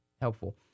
helpful